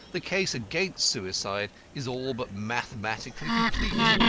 the case against suicide is all but mathematically complete.